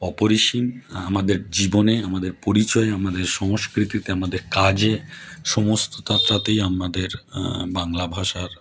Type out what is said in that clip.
অপরিসীম আমাদের জীবনে আমাদের পরিচয় আমাদের সংস্কৃতিতে আমাদের কাজে সমস্তটাতেই আমাদের বাংলা ভাষার